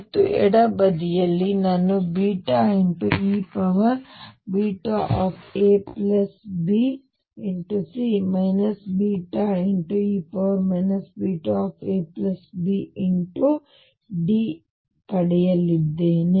ಮತ್ತು ಎಡಬದಿಯಲ್ಲಿ ನಾನು eabC βe abD ಪಡೆಯಲಿದ್ದೇನೆ